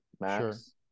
max